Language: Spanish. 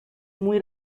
muy